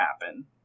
happen